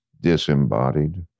disembodied